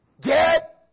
Get